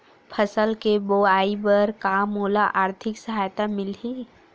फसल के बोआई बर का मोला आर्थिक सहायता मिलही?